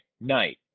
Night